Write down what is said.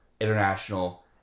International